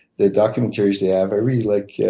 the documentaries they have. i really like yeah